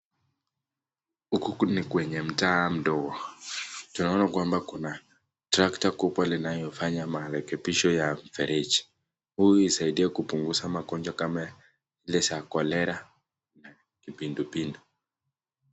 Huku ni kwenye mtaa ndogo tunaona kwamba kuna tractor kubwa linalofanya marekebisho ya mfereji, hii inasaidia kupunguza magonjwa kama zile za kolera na kipindupindu.